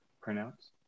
pronounce